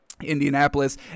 Indianapolis